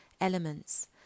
elements